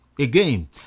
again